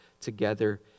together